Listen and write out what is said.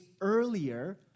earlier